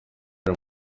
ari